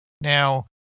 now